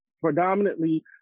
predominantly